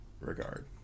regard